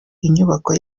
inyubako